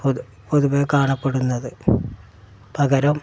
പൊതുവെ കാണപ്പെടുന്നത് പകരം